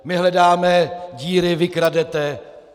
My hledáme díry, vy kradete...